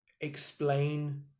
explain